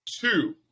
two